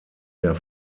der